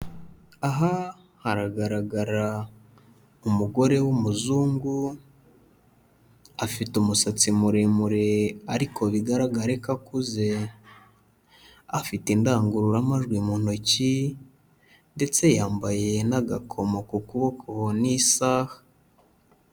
Aha haragaragara umugore w'umuzungu, afite umusatsi muremure ariko bigaragare ko akuze, afite indangururamajwi mu ntoki ndetse yambaye n'agakomo ku kuboko n'isaha.